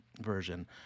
version